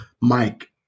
Mike